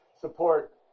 support